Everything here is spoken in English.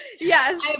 Yes